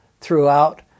throughout